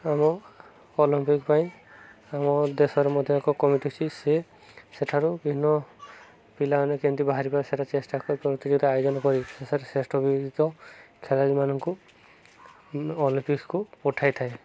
ଆମ ଅଲିମ୍ପିକ ପାଇଁ ଆମ ଦେଶରେ ମଧ୍ୟ ଏକ କମିଟି ଅଛି ସିଏ ସେଠାରୁ ବିଭିନ୍ନ ପିଲାମାନେ କେମିତି ବାହାରିିବେ ସେଟା ଚେଷ୍ଟା କରି ଆୟୋଜନ କରି ସେଠାରୁ ଶ୍ରେଷ୍ଠ ବିବେଚିତ ଖେଳାଳିମାନଙ୍କୁ ଅଲିମ୍ପିକ୍ସ୍କୁ ପଠାଇଥାଏ